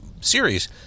series